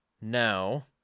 Now